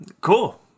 Cool